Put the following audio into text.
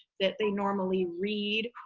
that they normally read,